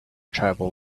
tribal